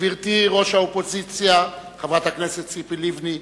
גברתי ראש האופוזיציה חברת הכנסת ציפי לבני,